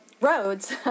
roads